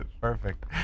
Perfect